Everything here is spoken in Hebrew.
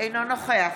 אינו נוכח